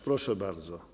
Proszę bardzo.